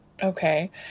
Okay